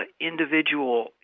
individual